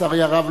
לצערי הרב,